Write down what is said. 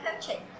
coaching